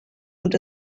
und